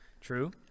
True